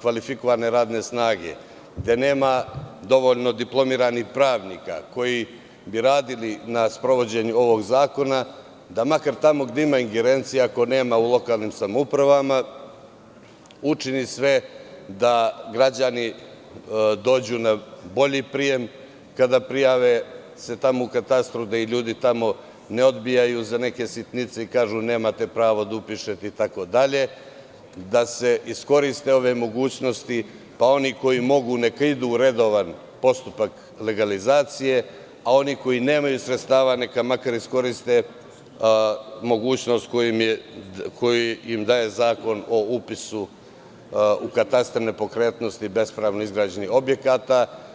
kvalifikovane radne snage, gde nema dovoljno diplomiranih pravnika koji bi radili na sprovođenju ovog zakona, ako nema u lokalnim samoupravama, učili sve da građani dođu na bolji prijem kada se prijave u katastru, da ih ljudi tamo ne odbijaju za neke sitnice i kažu – nemate pravo da upišete itd, da se iskoriste ove mogućnosti, pa oni koji mogu neka idu u redovan postupak legalizacije, a oni koji nemaju sredstava, neka makar iskoriste mogućnost koju im daje Zakon o upisu u katastar nepokretnosti bespravno izgrađenih objekata.